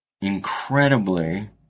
incredibly